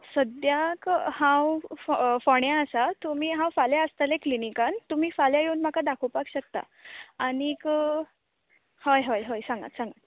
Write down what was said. सद्याक हांव फो फोंड्या आसा तुमी हांव फाल्यां आसतलें क्लिनीकान तुमी फाल्यां येवन म्हाका दोखोवपाक शकता आनीक हय हय हय सांगात सांगात